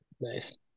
Nice